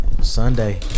Sunday